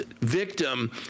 victim